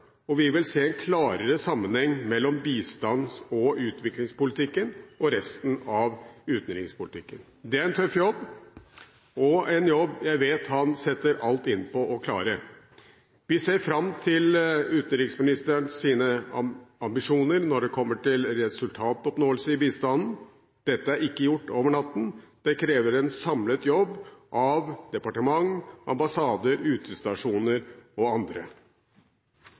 og vi vil se en klarere sammenheng mellom bistands- og utviklingspolitikken og resten av utenrikspolitikken. Det er en tøff jobb, og en jobb jeg vet han setter alt inn på å klare. Vi ser fram til utenriksministerens ambisjoner når det gjelder resultatoppnåelse i bistanden. Dette er ikke gjort over natten, det krever en samlet jobb av departement, ambassader, utestasjoner og andre.